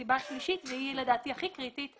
הסיבה השלישית ולדעתי היא הכי קריטית,